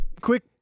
quick